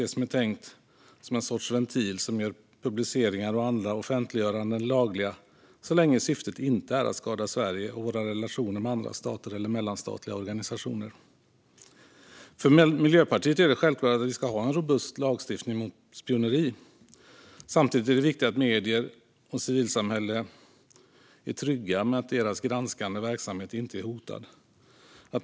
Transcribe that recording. Det är tänkt som en sorts ventil som gör publiceringar och andra offentliggöranden lagliga så länge syftet inte är att skada Sverige och våra relationer med andra stater och mellanstatliga organisationer. För Miljöpartiet är det självklart att vi ska ha en robust lagstiftning mot spioneri. Samtidigt är det viktigt att medier och civilsamhälle är trygga med att deras granskande verksamhet inte är hotad.